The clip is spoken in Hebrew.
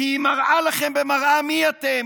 כי היא מראה לכם במראה מי אתם,